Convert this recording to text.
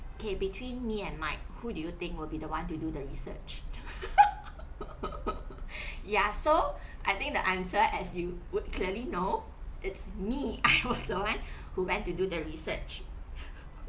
okay between me and mike who do you think will be the one to do the research ya so I think the answer as you would clearly know it's me I was the one who went to do the research